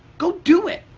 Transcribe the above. go do it.